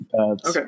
Okay